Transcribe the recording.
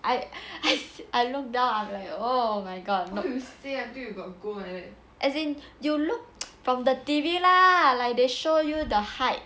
I I look down I'm like oh my god as in you look from the T_V lah like they show you the height